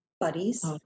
buddies